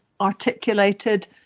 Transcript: articulated